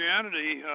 Christianity